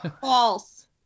False